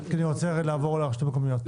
כי אני רוצה לעבור לרשויות המקומיות.